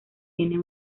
tiene